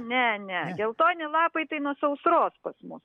ne ne geltoni lapai tai nuo sausros pas mus